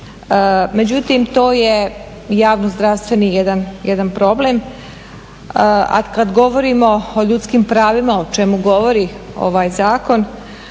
Međutim, to je javno zdravstveni jedan problem. A kad govorimo o ljudskim pravima o čemu govori ovaj zakon,